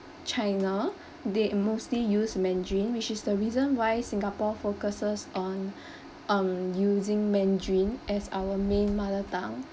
china they mostly use mandarin which is the reason why singapore focuses on um using mandarin as our main mother tongue